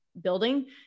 building